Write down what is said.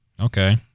Okay